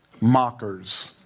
mockers